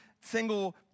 single